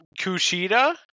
Kushida